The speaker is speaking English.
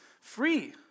free